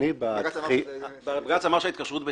להזכירך, בג"ץ אמר שההתקשרות בטלה.